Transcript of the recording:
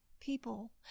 people